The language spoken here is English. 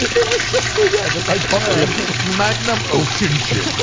it was just the, yeah the dichotomy of magnum o-chin chin.